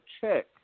check